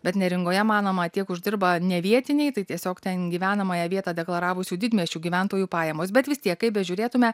bet neringoje manoma tiek uždirba ne vietiniai tai tiesiog ten gyvenamąją vietą deklaravusių didmiesčių gyventojų pajamos bet vis tiek kaip bežiūrėtume